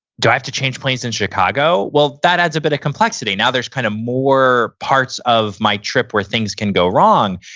do i have to change planes in chicago? well, that adds a bit of complexity. now, there's kind of more parts of my trip where things can go wrong,